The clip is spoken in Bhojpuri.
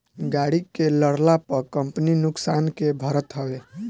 गाड़ी के लड़ला पअ कंपनी नुकसान के भरत हवे